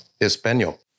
Espanol